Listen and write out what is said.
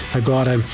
agora